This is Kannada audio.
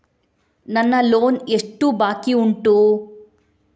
ನನ್ನ ಲೋನ್ ಎಷ್ಟು ಬಾಕಿ ಉಂಟು?